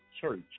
church